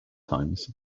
times